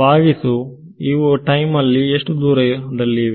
ಬಾಗಿಸು ಇವು ಟೈಮಲ್ಲಿ ಎಷ್ಟು ದೂರದಲ್ಲಿವೆ